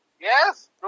Yes